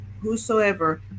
whosoever